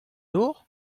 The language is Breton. nor